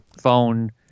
phone